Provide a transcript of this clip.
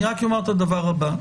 אני רק אומר את הדבר הבא,